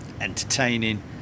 entertaining